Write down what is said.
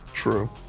true